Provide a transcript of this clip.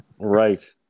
Right